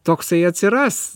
toksai atsiras